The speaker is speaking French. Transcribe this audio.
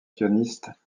sionistes